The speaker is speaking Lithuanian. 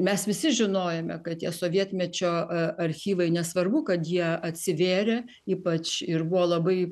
mes visi žinojome kad tie sovietmečio archyvai nesvarbu kad jie atsivėrė ypač ir buvo labai